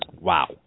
Wow